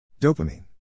Dopamine